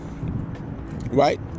right